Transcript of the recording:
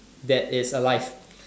that is alive